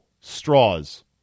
straws